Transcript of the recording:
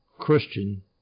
Christian